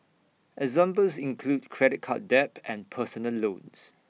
examples include credit card debt and personal loans